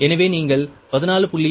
எனவே நீங்கள் 14